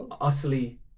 utterly